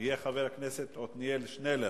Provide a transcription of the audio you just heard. חבר הכנסת עתניאל שנלר,